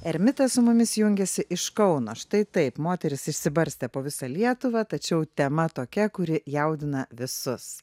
ermita su mumis jungiasi iš kauno štai taip moterys išsibarstę po visą lietuvą tačiau tema tokia kuri jaudina visus